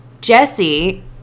Jesse